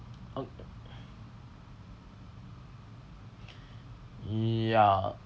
oh ya